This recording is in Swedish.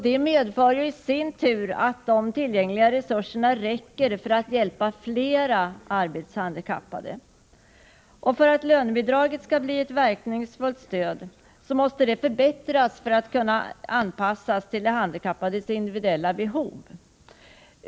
Det medför i sin tur att de tillgängliga resurserna räcker för att hjälpa flera arbetshandikappade. För att lönebidraget skall bli ett verkningsfullt stöd måste det förbättras så att det anpassas till den handikappades individuella behov.